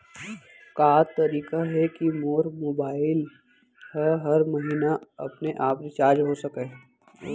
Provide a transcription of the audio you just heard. का तरीका हे कि मोर मोबाइल ह हर महीना अपने आप रिचार्ज हो सकय?